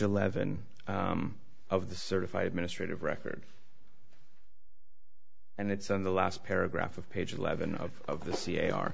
eleven of the certified administrative record and it's in the last paragraph of page eleven of of the c a r